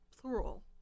plural